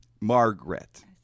Margaret